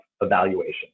evaluation